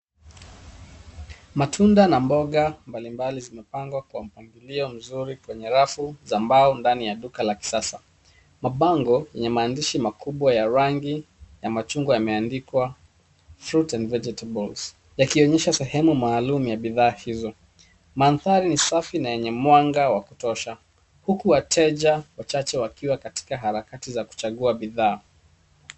Matunda na mboga mbalimbali zimepangwa kwa mpangilio mzuri kwenye rafu za mbao ndani ya duka la kisasa. Mabango yenye maandishi makubwa ya rangi ya machungwa yameandikwa "FRUITS AND VEGETABLES" yakionyesha sehemu maalum ya bidhaa hizo. Mandhari ni safi na yenye mwanga wa kutosha, huku wateja wachache wakiwa katika harakati za kuchagua bidhaa.